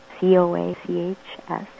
C-O-A-C-H-S